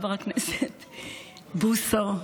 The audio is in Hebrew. חבר הכנסת בוסו,